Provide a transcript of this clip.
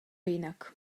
jinak